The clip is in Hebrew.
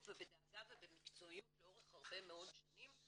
ובדאגה ובמקצועיות לאורך הרבה מאוד שנים,